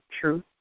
truth